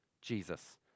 Jesus